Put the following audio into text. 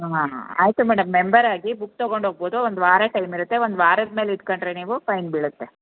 ಹಾಂ ಹಾಂ ಆಯಿತು ಮೇಡಮ್ ಮೆಂಬರ್ ಆಗಿ ಬುಕ್ ತೊಗೊಂಡು ಹೋಗ್ಬೋದು ಒಂದು ವಾರ ಟೈಮ್ ಇರುತ್ತೆ ಒಂದು ವಾರದ ಮೇಲೆ ಇಟ್ಕೊಂಡ್ರೆ ನೀವು ಫೈನ್ ಬೀಳುತ್ತೆ